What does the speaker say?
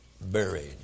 buried